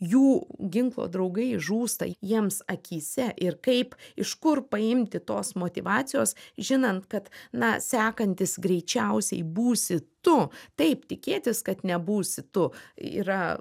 jų ginklo draugai žūsta jiems akyse ir kaip iš kur paimti tos motyvacijos žinant kad na sekantis greičiausiai būsi tu taip tikėtis kad nebūsi tu yra